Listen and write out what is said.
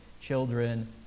children